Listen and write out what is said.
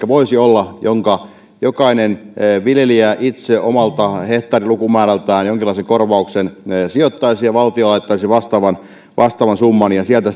voisi olla johonka jokainen viljelijä itse omalta hehtaarilukumäärältään jonkinlaisen korvauksen sijoittaisi ja valtio laittaisi vastaavan vastaavan summan ja sieltä